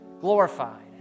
glorified